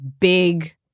big